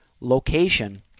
location